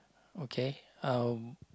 okay uh